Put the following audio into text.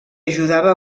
ajudava